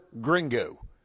gringo